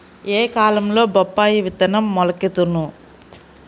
ఏ కాలంలో బొప్పాయి విత్తనం మొలకెత్తును?